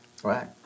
Right